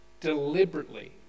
deliberately